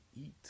eat